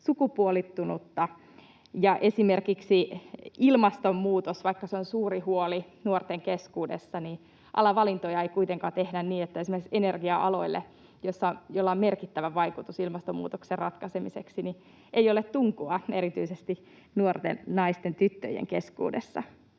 sukupuolittunutta. Ja vaikka esimerkiksi ilmastonmuutos on suuri huoli nuorten keskuudessa, alavalintoja ei kuitenkaan tehdä sen mukaisesti. Esimerkiksi energia-aloille, joilla on merkittävä vaikutus ilmastonmuutoksen ratkaisemiseksi, ei ole tunkua erityisesti nuorten naisten, tyttöjen keskuudessa.